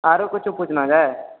आरो किछु पूछना रहै